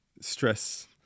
stress